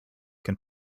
can